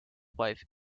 wife